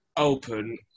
Open